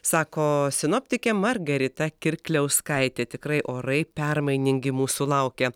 sako sinoptikė margarita kirkliauskaitė tikrai orai permainingi mūsų laukia